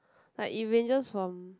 like it ranges from